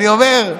אני אומר,